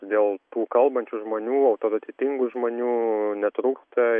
dėl tų kalbančių žmonių autoritetingų žmonių netrūksta